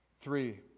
Three